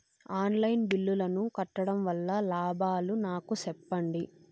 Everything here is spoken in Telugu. ఆన్ లైను బిల్లుల ను కట్టడం వల్ల లాభాలు నాకు సెప్పండి?